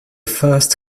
first